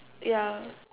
ya